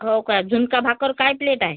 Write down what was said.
हो का झुणका भाकर काय प्लेट आहे